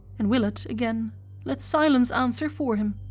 and willett again let silence answer for him.